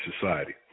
society